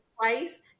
twice